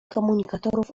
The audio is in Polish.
komunikatorów